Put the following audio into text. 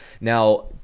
Now